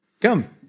come